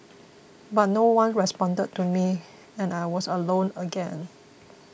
but no one responded to me and I was alone again